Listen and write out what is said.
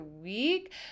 week